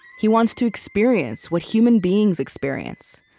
he wants to experience what human beings experience.